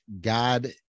God